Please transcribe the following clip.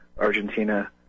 Argentina